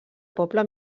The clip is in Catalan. poble